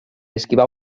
esquivar